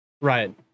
Right